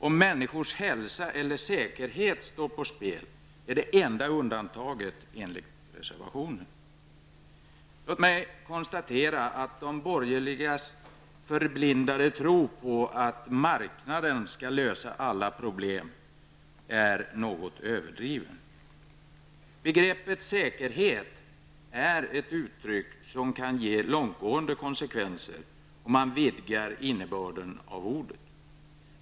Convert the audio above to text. Det enda undantaget enligt reservationen är om människors hälsa eller säkerhet står på spel. Låt mig konstatera att de borgerligas förblindade tro på att marknaden skall lösa alla problem är något överdriven. Begreppet säkerhet är ett uttryck som kan ge långtgående konsekvenser om man vidgar innebörden av ordet.